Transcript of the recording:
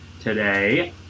today